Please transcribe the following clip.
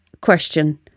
question